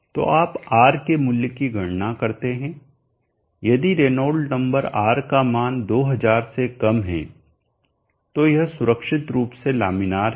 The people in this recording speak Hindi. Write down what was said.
तो आप R के मूल्य की गणना करते हैं यदि रेनॉल्ड्स नंबर R का मान 2000 से कम है तो यह सुरक्षित रूप से लामिनार है